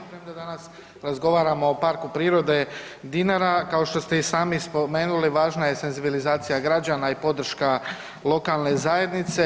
S obzirom da razgovaramo o Parku prirode Dinara kao što ste i sami spomenuli važna je senzibilizacija građana i podrška lokalne zajednice.